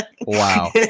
Wow